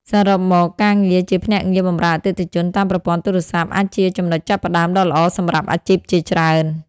សរុបមក ការងារជាភ្នាក់ងារបម្រើអតិថិជនតាមប្រព័ន្ធទូរស័ព្ទ អាចជាចំណុចចាប់ផ្ដើមដ៏ល្អសម្រាប់អាជីពជាច្រើន។